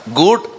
good